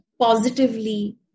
positively